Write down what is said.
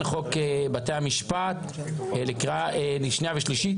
חוק בתי המשפט לקריאה שנייה ושלישית,